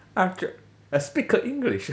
ah ch~ speak english